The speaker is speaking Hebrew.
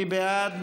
מי בעד?